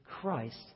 Christ